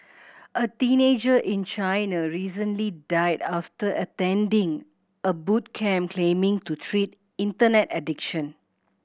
a teenager in China recently died after attending a boot camp claiming to treat Internet addiction